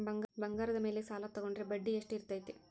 ಬಂಗಾರದ ಮೇಲೆ ಸಾಲ ತೋಗೊಂಡ್ರೆ ಬಡ್ಡಿ ಎಷ್ಟು ಇರ್ತೈತೆ?